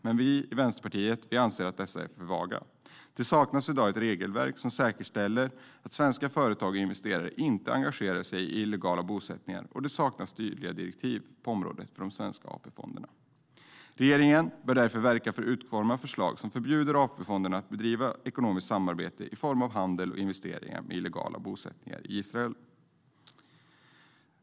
Men vi i Vänsterpartiet anser att dessa är för vaga. Det saknas i dag ett regelverk som säkerställer att svenska företag och investerare inte engagerar sig i illegala bosättningar, och det saknas tydliga direktiv på området för de svenska AP-fonderna. Regeringen bör därför verka för att utforma förslag som förbjuder AP-fonderna att bedriva ekonomiskt samarbete i form av handel och investeringar med illegala bosättningar i Israel.